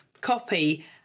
copy